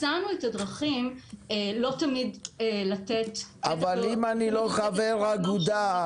מצאנו את הדרכים --- אבל אם אני לא חבר אגודה,